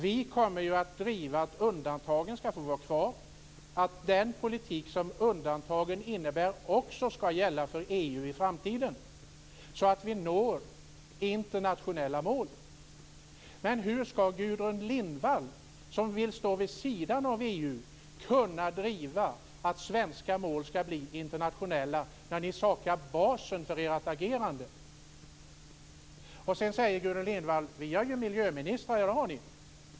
Vi kommer att driva att undantagen skall få vara kvar och att den politik som undantagen innebär skall gälla också för EU i framtiden, så att vi når internationella mål. Men hur skall Gudrun Lindvall, som vill stå vid sidan av EU, kunna driva att svenska mål skall bli internationella, när ni saknar basen för ert agerande? Gudrun Lindvall säger att Miljöpartiet har miljöministrar i flera länder. Det har ni.